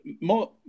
more